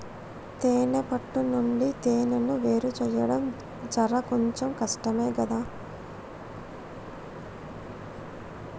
తేనే పట్టు నుండి తేనెను వేరుచేయడం జర కొంచెం కష్టమే గదా